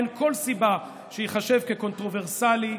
אין כל סיבה שייחשב כקונטרוברסלי.